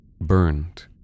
burned